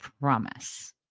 promise